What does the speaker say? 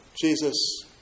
Jesus